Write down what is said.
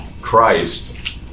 Christ